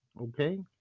Okay